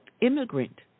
immigrant